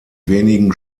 wenigen